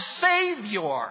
savior